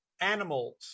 animals